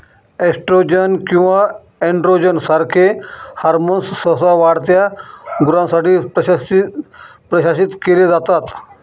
oestrogen किंवा androgen सारखे hormones सहसा वाढत्या गुरांसाठी प्रशासित केले जातात